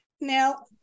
Now